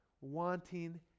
wanting